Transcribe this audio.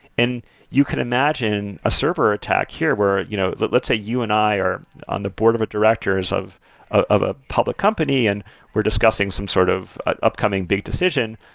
and you can imagine a server attack here where, you know let's say you and i are on the board of directors of of a public company and we're discussing some sort of upcoming big decision,